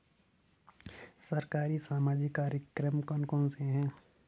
सरकारी सामाजिक कार्यक्रम कौन कौन से हैं?